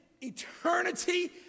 eternity